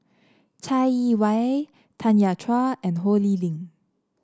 Chai Yee Wei Tanya Chua and Ho Lee Ling